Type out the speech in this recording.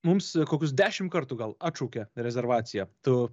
mums kokius dešim kartų gal atšaukė rezervaciją tu